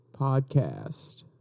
Podcast